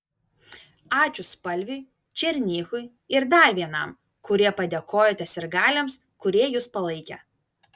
ačiū spalviui černychui ir dar vienam kurie padėkojote sirgaliams kurie jus palaikė